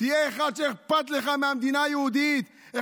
תהיה אחד שאכפת לו מהמדינה היהודית,